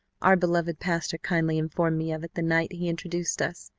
our beloved pastor kindly informed me of it the night he introduced us,